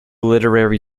literary